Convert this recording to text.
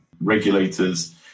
regulators